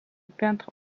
peintre